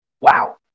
wow